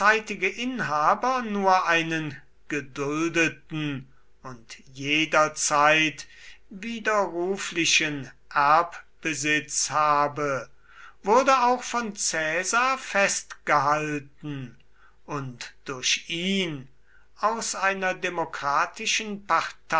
inhaber nur einen geduldeten und jederzeit widerruflichen erbbesitz habe wurde auch von caesar festgehalten und durch ihn aus einer demokratischen